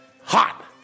hot